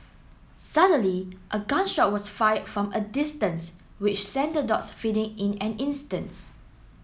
suddenly a gun shot was fired from a distance which sent the dogs fleeing in an instance